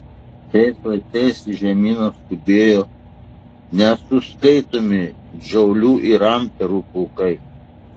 šiais laidais į žemyną skubėjo nesuskaitomi džaulių ir amperų pulkai